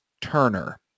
Turner